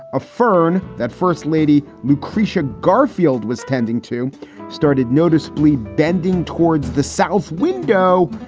a fern that first lady lucretia garfield was tending to started noticeably bending towards the south window.